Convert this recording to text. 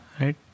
Right